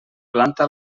planta